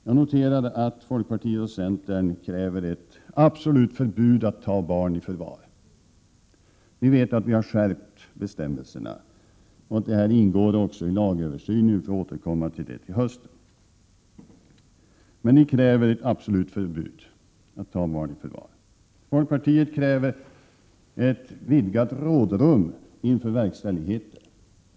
Jag noterar att folkpartiet och centern kräver ett absolut förbud mot att ta barn i förvar. Ni vet att vi har skärpt bestämmelserna. En översyn av lagen pågår, och vi får återkomma till detta i höst. Ni kräver emellertid ett absolut förbud mot att ta barn i förvar. Folkpartiet kräver ett vidgat rådrum inför verkställigheten.